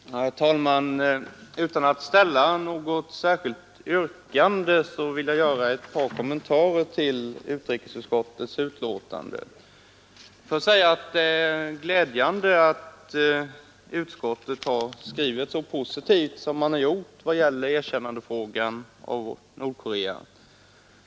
Herr talman! Utan att ställa något särskilt yrkande vill jag göra några kommentarer till utrikesutskottets betänkande. Det är glädjande att utskottet skrivit så positivt som man gjort när det gäller erkännandet av Nordkorea.